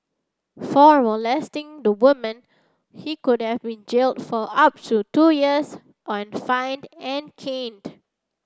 for molesting the woman he could have been jailed for up to two years and fined an caned